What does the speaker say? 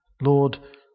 Lord